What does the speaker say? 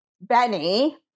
Benny